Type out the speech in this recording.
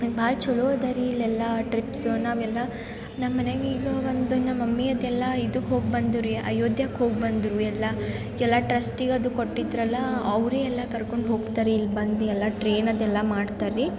ಭಾಳ ಚಲೋ ಅದ ರೀ ಇಲ್ಲೆಲ್ಲ ಟ್ರಿಪ್ಸ್ ನಾವೆಲ್ಲ ನಮ್ಮಮನೇಗೀಗ ಒಂದು ನಮ್ಮ ಮಮ್ಮಿದೆಲ್ಲ ಇದಕ್ಕೆ ಹೋಗಿ ಬಂದು ರೀ ಅಯೋಧ್ಯಕ್ಕೆ ಹೋಗಿಬಂದ್ರು ಎಲ್ಲ ಎಲ್ಲ ಟ್ರಸ್ಟಿಗದು ಕೊಟ್ಟಿದ್ರಲ್ಲ ಅವರೆ ಎಲ್ಲ ಕರ್ಕೊಂಡು ಹೋಗ್ತಾರೆ ಇಲ್ಬಂದು ಎಲ್ಲ ಟ್ರೇನದೆಲ್ಲ ಮಾಡ್ತಾರೆ ರೀ